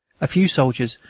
a few soldiers,